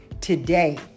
today